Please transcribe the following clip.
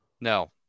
No